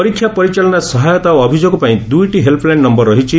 ପରୀକ୍ଷା ପରିଚାଳନାରେ ସହାୟତା ଓ ଅଭିଯୋଗ ପାଇଁ ଦୁଇଟି ହେଲ୍ପଲାଇନ୍ ନମ୍ୟର ରହିଛି